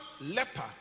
leper